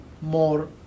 more